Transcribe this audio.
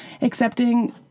accepting